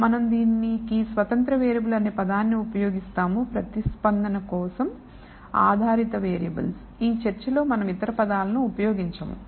మనం దీనికి స్వతంత్ర వేరియబుల్ అనే పదాన్ని ఉపయోగిస్తాము ప్రతిస్పందన కోసం ఆధారిత వేరియబుల్స్ ఈ చర్చ లో మనం ఇతర పదాలను ఉపయోగించము